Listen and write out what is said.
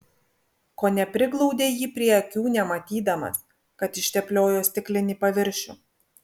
kone priglaudė jį prie akių nematydamas kad ištepliojo stiklinį paviršių